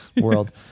world